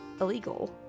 illegal